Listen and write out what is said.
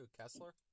Kessler